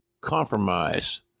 Compromise